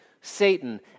Satan